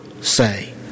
say